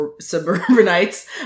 suburbanites